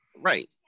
Right